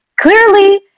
clearly